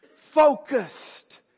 focused